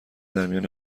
درمیان